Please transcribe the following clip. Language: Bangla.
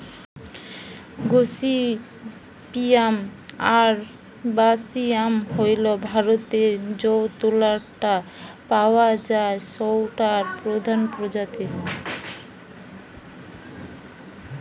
গসিপিয়াম আরবাসিয়াম হইল ভারতরে যৌ তুলা টা পাওয়া যায় সৌটার প্রধান প্রজাতি